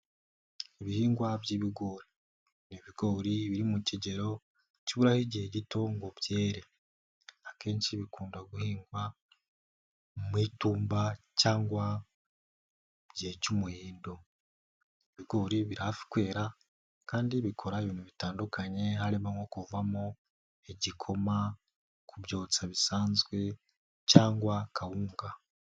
Ibihingwa by'ibigori ni ibigori biri mu kigero kiburaho igihe gito ngo byere, akenshi bikunda guhingwa mu itumba cyangwa igihe cy'umuhindo, ibigori biri hafi kwera kandi bikora ibintu bitandukanye harimo nko kuvamo igikoma, kubyotsa bisanzwe cyangwa kawunga.